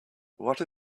what